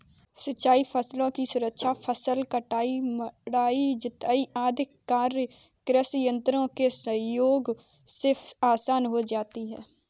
सिंचाई फसलों की सुरक्षा, फसल कटाई, मढ़ाई, ढुलाई आदि कार्य कृषि यन्त्रों के सहयोग से आसान हो गया है